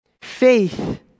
Faith